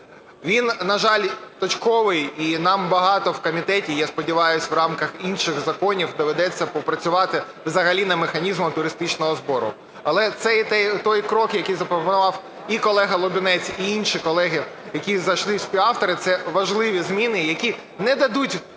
Він, на жаль, точковий, і нам багато в комітеті, і я сподіваюсь, в рамках інших законів доведеться попрацювати взагалі над механізмом туристичного збору. Але це той крок, який запропонував і колега Лубінець, і інші колеги, які зайшли у співавтори. Це важливі зміни, які не дадуть